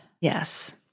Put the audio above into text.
Yes